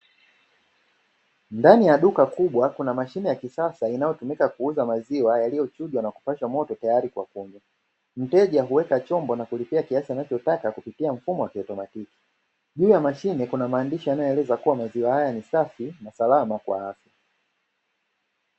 Ndani ya duka kubwa kuna mashine ya kisasa inayotumika kuuza maziwa yaliyochujwa na kupasha moto tayari kwa kunywa, mteja kuweka chombo na kulipia kiasi ambacho anachotaka kupitia mfumo wa kiatumatiki, juu ya mashine kuna maandishi yanayoeleza kuwa maziwa haya ni safi usalama kwa afya.